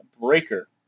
Breaker